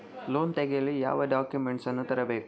Loan ತೆಗೆಯಲು ಯಾವ documents ಅನ್ನು ತರಬೇಕು?